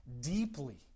deeply